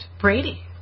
Brady